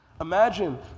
Imagine